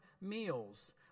meals